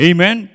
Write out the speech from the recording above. Amen